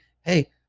Hey